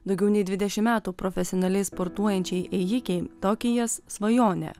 daugiau nei dvidešimt metų profesionaliai sportuojančiai ėjikei tokijas svajonė